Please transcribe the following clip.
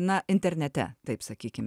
na internete taip sakykim